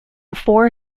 four